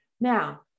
Now